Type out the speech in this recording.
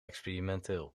experimenteel